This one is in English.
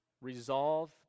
resolve